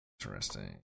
Interesting